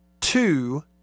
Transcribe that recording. two